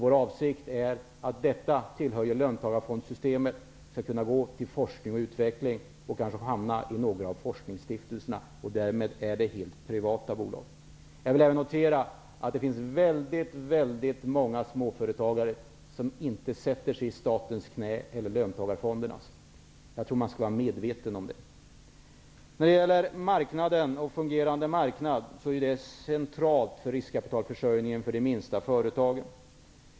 Vi menar att detta tillhör löntagarfondssystemet och skall kunna gå till forskning och utveckling och kanske hamna i någon av forskningsstiftelserna. Därmed blir det helt privata bolag. Jag vill även notera att det finns väldigt många småföretagare som inte sätter sig i statens eller löntagarfondernas knä. Jag tror man måste vara medveten om detta. En fungerande marknad är någonting centralt för riskkapitalförsörjningen för de minsta företagen.